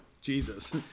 Jesus